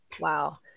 Wow